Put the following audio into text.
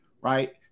right